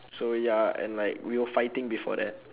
so ya and like we were fighting before that